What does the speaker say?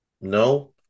No